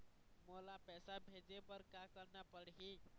मोला पैसा भेजे बर का करना पड़ही?